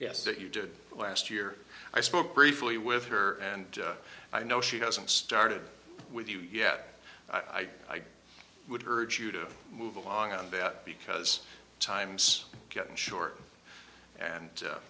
yes that you did last year i spoke briefly with her and i know she hasn't started with you yet i would urge you to move along on that because times are getting short and